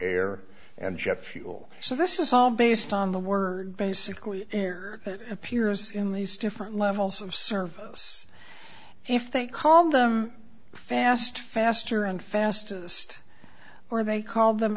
air and jet fuel so this is all based on the word basically it appears in these different levels of service if they call them fast faster and fastest or they call them